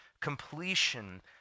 completion